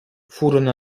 furono